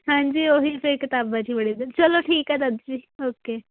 ਹਾਂਜੀ ਉਹੀ ਅਤੇ ਕਿਤਾਬਾਂ 'ਚ ਬੜੇ ਚਲੋ ਠੀਕ ਹੈ ਦਾਦੀ ਜੀ ਓਕੇ